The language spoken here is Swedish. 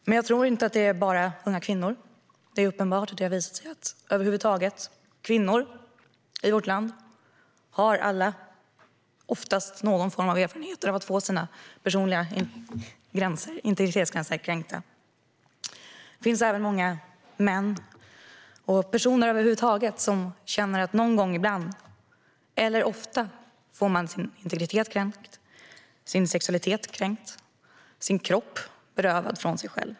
Men jag tror inte att det bara handlar om unga kvinnor. Det har visat sig att kvinnor över huvud taget i vårt land oftast har någon form av erfarenhet av att få sina integritetsgränser kränkta. Det finns även många män och personer över huvud taget som känner att någon gång ibland, eller ofta, får man sin integritet och sin sexualitet kränkt och sin kropp berövad från sig själv.